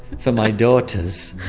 for my daughters.